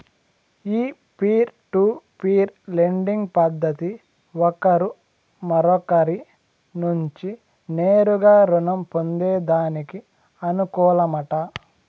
ఈ peer to peer lending పద్దతి ఒకరు మరొకరి నుంచి నేరుగా రుణం పొందేదానికి అనుకూలమట